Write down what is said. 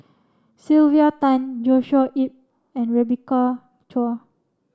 Sylvia Tan Joshua Ip and Rebecca Chua